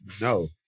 No